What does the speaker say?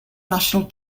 national